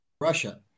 Russia